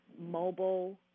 mobile